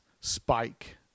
spike